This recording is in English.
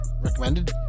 recommended